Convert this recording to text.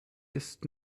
ist